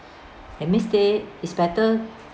it means they it's better